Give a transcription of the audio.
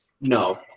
No